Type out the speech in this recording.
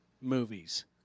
movies